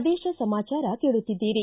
ಪ್ರದೇಶ ಸಮಾಚಾರ ಕೇಳುತ್ತಿದ್ದೀರಿ